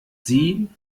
sie